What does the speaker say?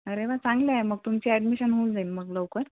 अरे वा चांगले आहे मग तुमची अॅडमिशन होऊन जाईल मग लवकर